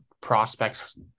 prospects